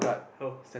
how